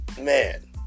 man